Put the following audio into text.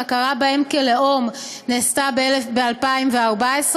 שההכרה בהם כלאום נעשתה ב-2014,